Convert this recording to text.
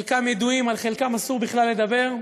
חלקם ידועים, על חלקם אסור בכלל לדבר,